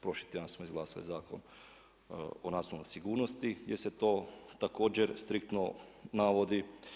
Prošli tjedan smo izglasali Zakon o nacionalnoj sigurnosti, gdje se to također striktno navodi.